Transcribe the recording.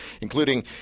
including